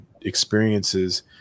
experiences